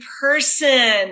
person